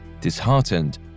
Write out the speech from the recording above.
Disheartened